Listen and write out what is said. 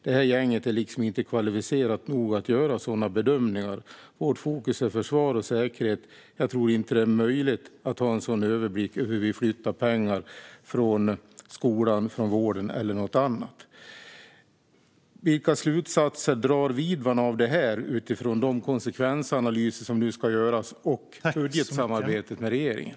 Det här gänget är liksom inte kvalificerat nog att göra sådana bedömningar. Vårt fokus är försvar och säkerhet, säger han till TT. - Jag tror inte det är möjligt för oss att ha en sådan överblick över hur vi kan flytta pengar från skolan, från vården eller något annat." Vilka slutsatser drar Widman av detta utifrån de konsekvensanalyser som nu ska göras och budgetsamarbetet med regeringen?